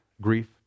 grief